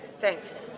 Thanks